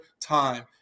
time